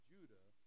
Judah